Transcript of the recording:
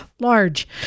large